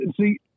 see